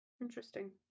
Interesting